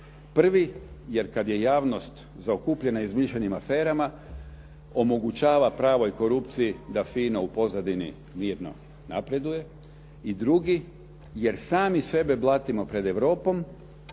Prvi, jer kada je javnost zaokupljena izmišljenim aferama, omogućava pravoj korupciji da fino u pozadini mirno napreduje. I drugi, jer sami sebe blatimo pred Europom,